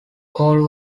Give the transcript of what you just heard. cole